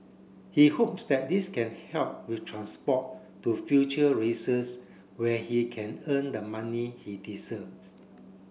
he hopes that this can help with transport to future races where he can earn the money he deserves